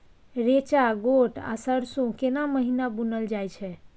रेचा, गोट आ सरसो केना महिना बुनल जाय छै?